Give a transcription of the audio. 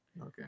Okay